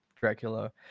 Dracula